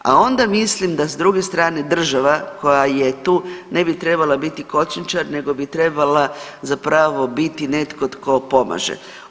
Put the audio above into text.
A onda mislim da s druge strane država, koja je tu, ne bi trebala biti kočničar nego bi trebala zapravo biti netko tko pomaže.